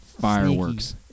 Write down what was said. fireworks